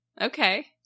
Okay